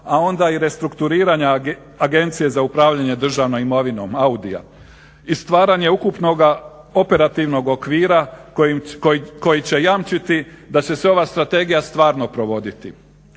a onda i restrukturiranje Agencije za upravljanje državnom imovinom AUDIO-a i stvaranje ukupnoga operativnog okvira koji će jamčiti da će se ova strategija stvarno provoditi.